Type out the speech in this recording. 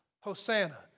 Hosanna